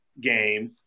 game